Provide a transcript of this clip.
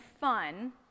fun